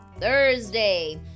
thursday